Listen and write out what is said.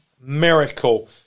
miracle